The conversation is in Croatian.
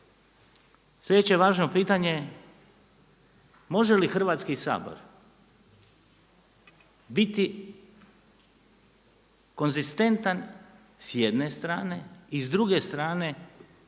Sljedeće važno pitanje, može li Hrvatski sabor biti konzistentan s jedne strane i s druge strane